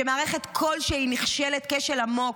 כשמערכת כלשהי נכשלת כשל עמוק,